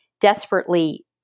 desperately